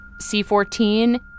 C14